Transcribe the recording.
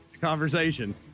Conversation